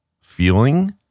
feeling